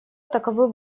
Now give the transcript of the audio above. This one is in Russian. таковы